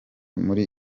muri